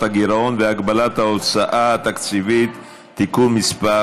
הגירעון והגבלת ההוצאה התקציבית (תיקון מס'